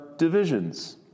divisions